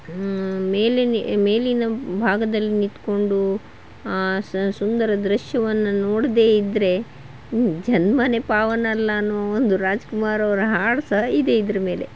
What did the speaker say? ಮೇಲಿನ ಮೇಲಿನ ಭಾಗದಲ್ಲಿ ನಿತ್ಕೊಂಡು ಆ ಸುಂದರ ದೃಶ್ಯವನ್ನು ನೋಡದೇಯಿದ್ರೆ ಜನ್ಮನೆ ಪಾವನ ಅಲ್ಲ ಅನ್ನುವ ಒಂದು ರಾಜ್ಕುಮಾರ್ ಅವರ ಹಾಡು ಸಹ ಇದೆ ಇದರ ಮೇಲೆ